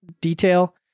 detail